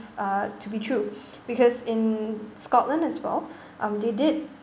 uh to be true because in scotland as well um they did